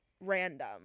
random